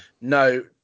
No